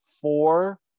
Four